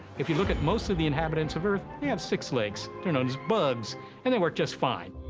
if you look at most of the inhabitants of earth, they have six legs they're known as bugs and they work just fine.